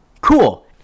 Cool